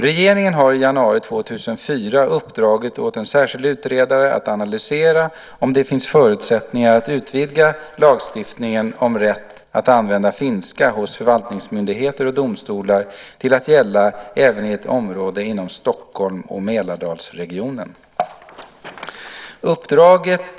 Regeringen har i januari 2004 uppdragit åt en särskild utredare att analysera om det finns förutsättningar att utvidga lagstiftningen om rätt att använda finska hos förvaltningsmyndigheter och domstolar till att gälla även i ett område inom Stockholms och Mälardalsregionen .